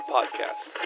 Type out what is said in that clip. Podcast